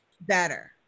better